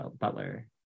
Butler